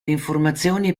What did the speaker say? informazioni